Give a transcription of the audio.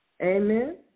Amen